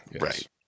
right